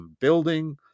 building